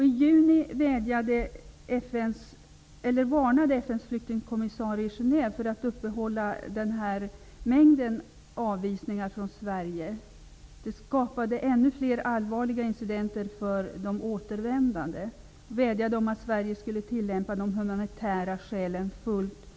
I juni varnade FN:s flyktingkommissarie i Genéve för att bibehålla mängden avvisningar från Sverige, eftersom det skapade ännu fler allvarliga incidenter för de återvändande. Man vädjade om att Sverige skulle tillämpa de humanitära skälen fullt ut.